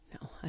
No